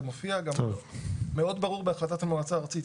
זה מופיע גם מאוד ברור בהחלטת המועצה הארצית.